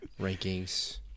rankings